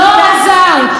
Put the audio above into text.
לא עזר.